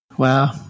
Wow